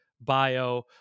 bio